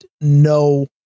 no